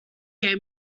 gave